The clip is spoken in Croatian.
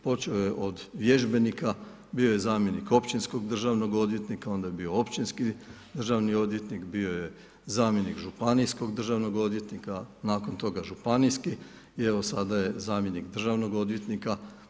Počeo je od vježbenika, bio je zamjenik Općinskog državnog odvjetnika, onda je bio Općinski državni odvjetnik, bio je zamjenik Županijskog državnog odvjetnika, nakon toga Županijski i evo sada je zamjenik Državnog odvjetnika.